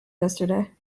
yesterday